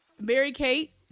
Mary-Kate